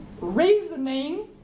Reasoning